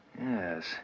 Yes